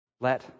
Let